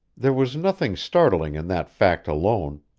there was nothing startling in that fact alone,